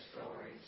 stories